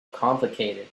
complicated